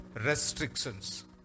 restrictions